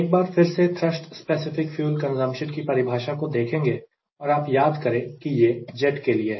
एक बार फिर से थ्रस्ट स्पेसिफिक फ्यूल कंजप्शन की परिभाषा को देखेंगे और आप याद करें कि यह जेट के लिए है